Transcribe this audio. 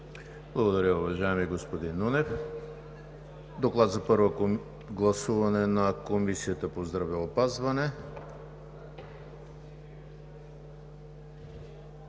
Благодаря, уважаеми господин Нунев. Доклад за първо гласуване на Комисията по здравеопазване.